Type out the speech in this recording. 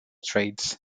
trades